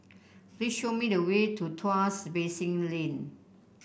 please show me the way to Tuas Basin Lane